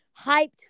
hyped